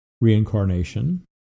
reincarnation